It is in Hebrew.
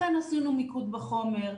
לכן עשינו מיקוד בחומר.